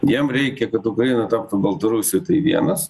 jiem reikia kad ukraina taptų baltarusija tai vienas